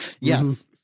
Yes